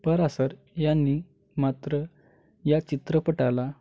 परासर यांनी मात्र या चित्रपटाला